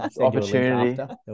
Opportunity